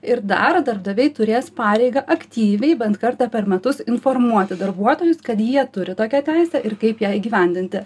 ir dar darbdaviai turės pareigą aktyviai bent kartą per metus informuoti darbuotojus kad jie turi tokią teisę ir kaip ją įgyvendinti